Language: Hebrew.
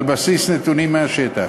על בסיס נתונים מהשטח.